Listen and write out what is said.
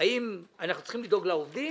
האם אנחנו צריכים לדאוג לעובדים